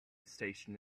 station